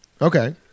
Okay